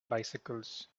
bicycles